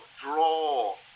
draw